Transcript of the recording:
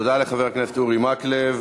תודה לחבר הכנסת אורי מקלב.